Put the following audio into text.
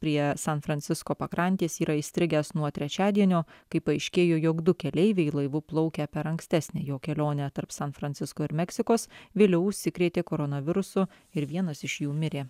prie san francisko pakrantės yra įstrigęs nuo trečiadienio kai paaiškėjo jog du keleiviai laivu plaukę per ankstesnę jo kelionę tarp san francisko ir meksikos vėliau užsikrėtė koronavirusu ir vienas iš jų mirė